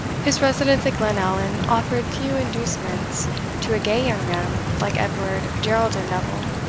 his residence at glenallan offered few inducements to a gay young man like edward geraldin neville,